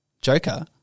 Joker